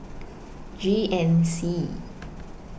G N C